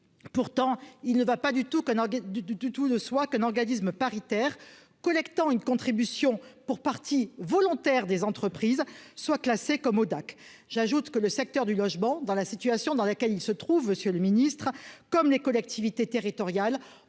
du tout que non, du tout de soi qu'un organisme paritaire collectant une contribution pour partie volontaire des entreprises soit classé comme Hodac, j'ajoute que le secteur du logement dans la situation dans laquelle il se trouve Monsieur le Ministre, comme les collectivités territoriales